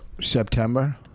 September